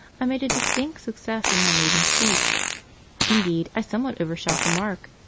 i made a distinct success in my maiden speech indeed, i somewhat overshot the mark,